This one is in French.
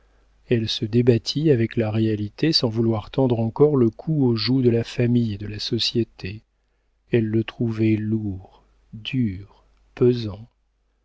elle se débattit avec la réalité sans vouloir tendre encore le cou au joug de la famille et de la société elle le trouvait lourd dur pesant